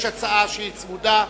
יש הצעה צמודה,